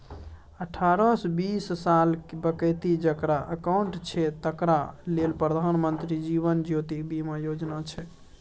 अठारहसँ बीस सालक बेकती जकरा अकाउंट छै तकरा लेल प्रधानमंत्री जीबन ज्योती बीमा योजना छै